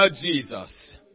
Jesus